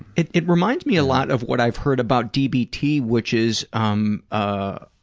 it it reminds me a lot of what i've heard about dbt, which is um a